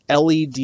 LED